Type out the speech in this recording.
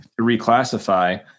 reclassify